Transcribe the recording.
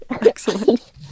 excellent